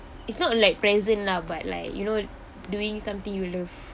it's not like present lah but like you know doing something you love